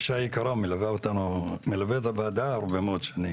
אישה יקרה, מלווה את הוועדה הרבה מאוד שנים.